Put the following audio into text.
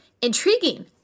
intriguing